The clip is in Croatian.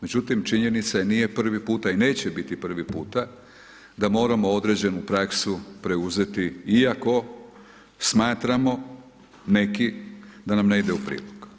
Međutim, činjenica je nije prvi puta i neće biti prvi puta a moramo određenu praksu preuzeti iako smatramo, neki, da nam ne ide u prilog.